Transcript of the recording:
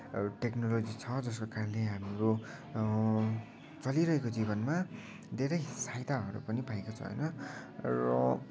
technology छ जसको कारणले हाम्रो चलिरहेको जीवनमा धेरै सहायताहरू पनि पाएका छौँ होइन र